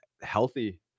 healthy